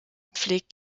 pflegt